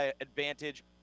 advantage